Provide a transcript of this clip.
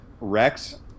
rex